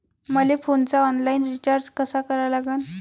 मले फोनचा online recharge कसा करा लागन?